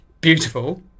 beautiful